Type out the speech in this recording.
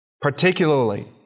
Particularly